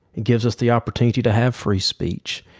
it gives us the opportunity to have free speech.